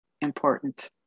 important